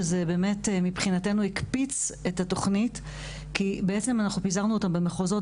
שזה באמת מבחינתנו הקפיץ את התוכנית כי בעצם אנחנו פיזרנו אותם במחוזות,